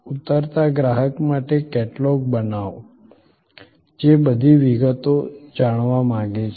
ઉતરતા ગ્રાહક માટે કેટલોગ બનાવો જે બધી વિગતો જાણવા માંગે છે